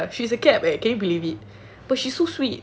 ya she's a capricorn eh can you believe it but she's so sweet